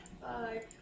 Bye